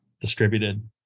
distributed